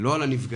ולא על הנפגעים,